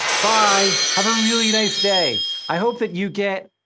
bye! have a really nice day! i hope that you get,